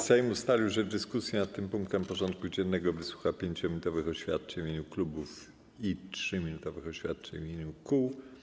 Sejm ustalił, że w dyskusji nad tym punktem porządku dziennego wysłucha 5-minutowych oświadczeń w imieniu klubów i 3-minutowych oświadczeń w imieniu kół.